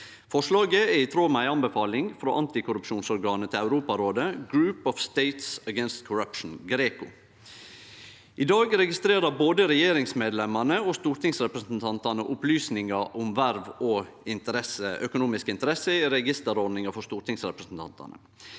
Forslaget er i tråd med ei anbefaling frå antikorrupsjonsorganet til Europarådet, Group of States against Corruption, GRECO. I dag registrerer både regjeringsmedlemene og stortingsrepresentantane opplysningar om verv og økonomiske interesser i registerordninga for stortingsrepresentantane.